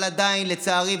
אבל עדיין לצערי,